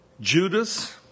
Judas